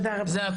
זה הכל, תודה.